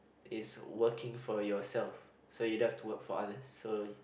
is working for yourself so you don't have to work for others so